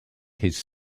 his